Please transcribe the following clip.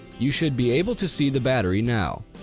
you should be able to see the battery now.